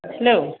hello